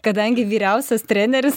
kadangi vyriausias treneris